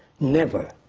never,